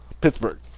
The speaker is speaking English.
Pittsburgh